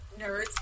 Nerds